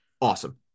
Awesome